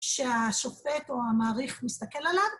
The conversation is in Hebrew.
שהשופט או המעריך מסתכל עליו.